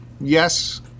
Yes